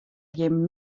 gjin